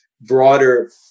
broader